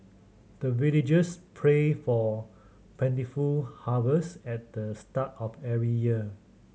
the villagers pray for plentiful harvest at the start of every year